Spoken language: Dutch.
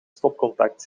stopcontact